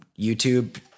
YouTube